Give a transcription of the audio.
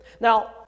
Now